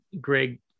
Greg